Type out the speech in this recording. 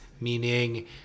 meaning